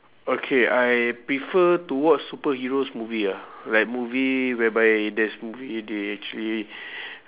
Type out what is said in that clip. okay I prefer to watch superheroes movie ah like movie whereby there's movie they actually